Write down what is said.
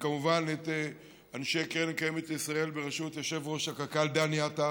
וכמובן את אנשי קרן קיימת לישראל בראשות יושב ראש הקק"ל דני עטר,